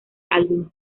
algunos